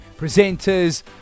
Presenters